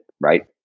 Right